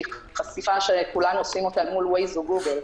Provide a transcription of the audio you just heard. חשיפה שכולנו עושים אל מול Waze או גוגל.